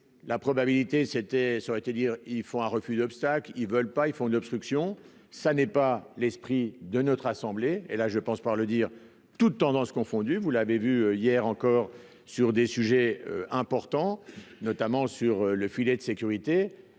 la probabilité c'était ça aurait été dire ils font un refus d'obstacle, ils veulent pas, ils font de l'obstruction, ça n'est pas l'esprit de notre assemblée, et là, je pense, par le dire, toutes tendances confondues, vous l'avez vu hier encore sur des sujets importants, notamment sur le filet de sécurité,